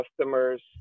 customers